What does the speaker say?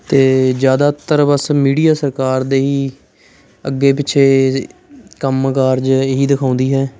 ਅਤੇ ਜ਼ਿਆਦਾਤਰ ਬਸ ਮੀਡੀਆ ਸਰਕਾਰ ਦੇ ਹੀ ਅੱਗੇ ਪਿੱਛੇ ਕੰਮ ਕਾਰਜ ਇਹੀ ਦਿਖਾਉਂਦੀ ਹੈ